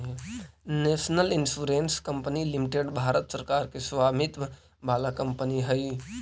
national insurance company limited Bharat सरकार के स्वामित्व वाला कंपनी हई